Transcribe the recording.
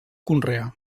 conreà